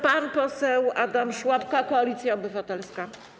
Pan poseł Adam Szłapka, Koalicja Obywatelska.